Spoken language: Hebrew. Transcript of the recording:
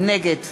נגד